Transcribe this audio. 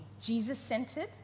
Jesus-centered